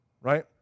right